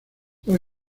los